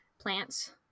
plants